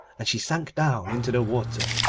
and she sank down into the water,